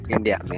India